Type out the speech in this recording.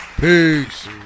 Peace